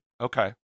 Okay